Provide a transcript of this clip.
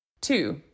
Two